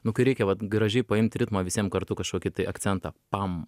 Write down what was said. nu kai reikia vat gražiai paimt ritmą visiem kartu kažkokį tai akcentą pam